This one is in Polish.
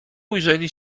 ujrzeli